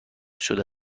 شده